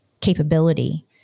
capability